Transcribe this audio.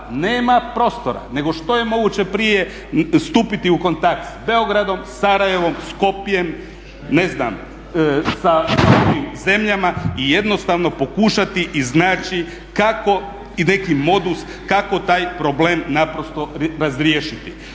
nema prostora nego što je moguće prije stupiti u kontakt s Beogradom, Sarajevom, Skopljem, ne znam sa ovim zemljama i jednostavno pokušati iznaći neki modus kako taj problem naprosto razriješiti.